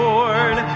Lord